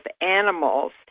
animals